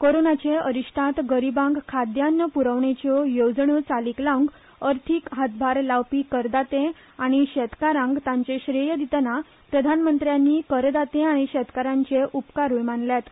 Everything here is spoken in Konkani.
कोरोनाचे अरिश्टांत गरीबांक खाद्यान्न प्रवणेच्यो येवजण्यो चालीक लावंक अर्थिक हातभार लावपी करदाते आनी शेतकारांक ताचें श्रेय दितना प्रधानमंत्र्यांनी करदाते आनी शेतकारांचे उपकारूय मानल्यात